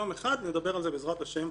יום אחד נדבר על זה, בעזרת השם,